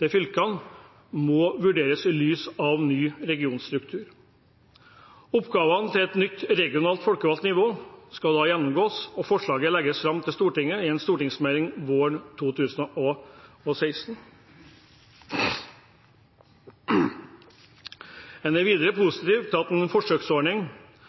til fylkene må vurderes i lys av en ny regionstruktur. Oppgavene til et nytt regionalt folkevalgt nivå skal gjennomgås, og forslag legges fram for Stortinget i en stortingsmelding våren 2016. En er videre positiv til en forsøksordning